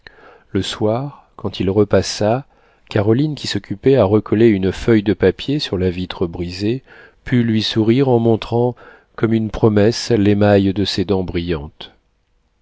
le soir quand il repassa caroline qui s'occupait à recoller une feuille de papier sur la vitre brisée put lui sourire en montrant comme une promesse l'émail de ses dents brillantes